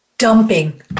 Dumping